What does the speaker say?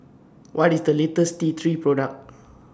What IS The latest T three Product